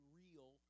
real